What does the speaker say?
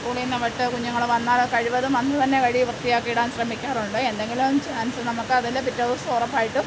സ്കൂളിൽ നിന്ന് വിട്ട് കുഞ്ഞുങ്ങൾ വന്നാൽ കഴിവതും അന്ന് തന്നെ കഴുകി വൃത്തിയാക്കി ഇടാൻ ശ്രമിക്കാറുണ്ട് എന്തെങ്കിലും ചാൻസ് നമുക്ക് അതിൽ പിറ്റേ ദിവസം ഉറപ്പായിട്ടും